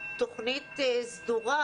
תוכנית סדורה,